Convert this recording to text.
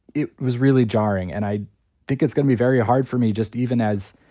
it was really jarring, and i think it's going to be very hard for me just even as,